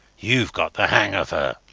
youve got the hang of her.